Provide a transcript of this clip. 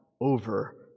over